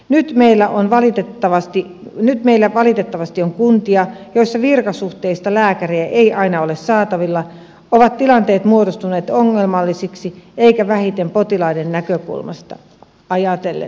nyt kun meillä valitettavasti on kuntia joissa virkasuhteista lääkäriä ei aina ole saatavilla ovat tilanteet muodostuneet ongelmallisiksi eivätkä vähiten potilaiden näkökulmasta ajatellen